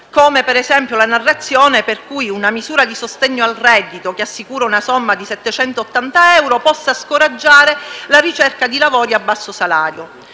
come - per esempio - la narrazione per cui una misura di sostegno al reddito, che assicura una somma di 780 euro, possa scoraggiare la ricerca di lavori a basso salario.